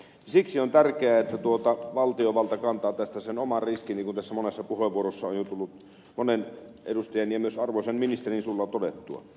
siksi on tärkeää että valtiovalta kantaa tästä sen oman riskin niin kuin tässä monessa puheenvuorossa on jo tullut monen edustajan ja myös arvoisan ministerin suulla todettua